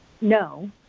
no